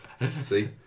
see